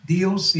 DOC